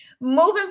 Moving